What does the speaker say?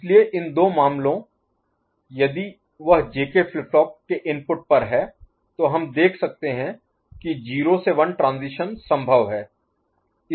इसलिए इन दो मामलों यदि वह जेके फ्लिप फ्लॉप के इनपुट पर है तो हम देख सकते हैं कि 0 से 1 ट्रांजीशन संभव है